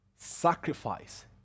sacrifice